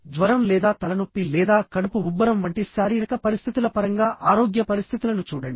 జ్వరం లేదా తలనొప్పి లేదా కడుపు ఉబ్బరం వంటి శారీరక పరిస్థితుల పరంగా ఆరోగ్య పరిస్థితులను చూడండి